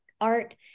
art